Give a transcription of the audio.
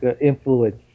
influence